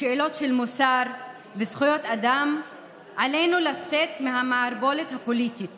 בשאלות של מוסר וזכויות אדם עלינו לצאת מהמערבולת הפוליטית